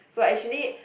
so actually